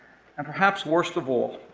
and perhaps worst of all,